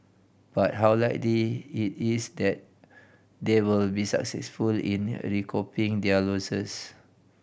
but how likely it is that they will be successful in recouping their losses